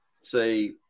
say